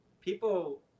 people